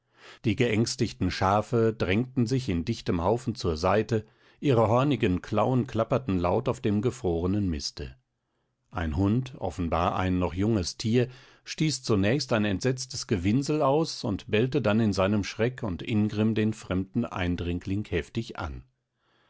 die geängstigten schafe drängten sich in dichtem haufen zur seite ihre hornigen klauen klapperten laut auf dem gefrorenen miste ein hund offenbar ein noch junges tier stieß zunächst ein entsetztes gewinsel aus und bellte dann in seinem schreck und ingrimm den fremden eindringling heftig an